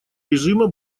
режима